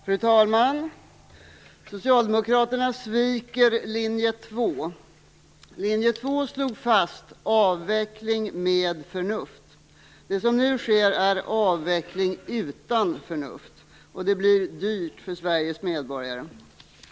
Fru talman! Socialdemokraterna sviker linje 2. Linje 2 slog fast "en avveckling med förnuft". Det som nu sker är avveckling utan förnuft. Det blir dyrt för Sveriges medborgare.